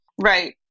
Right